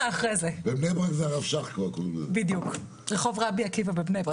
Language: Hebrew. מכיוון שעל תלוש המשכורת שלי כתוב מדינת ישראל ולא רחוב הרצל בתל אביב,